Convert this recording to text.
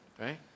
Right